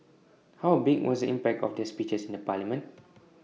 how big was impact of their speeches in the parliament